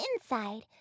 inside